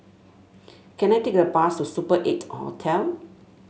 can I take a bus to Super Eight Hotel